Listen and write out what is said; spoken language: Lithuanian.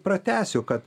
pratęsiu kad